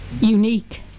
unique